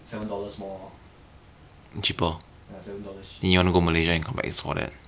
he he fighting halfway eat go eat sand eat sand gain health